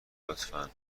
لطفا